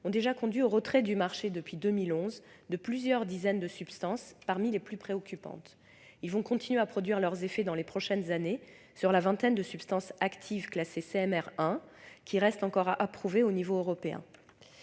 depuis 2011, au retrait du marché de plusieurs dizaines de substances parmi les plus préoccupantes. Ils vont continuer à produire leurs effets dans les prochaines années sur la vingtaine de substances actives classées CMR 1 qui restent encore approuvées au niveau européen.